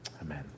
Amen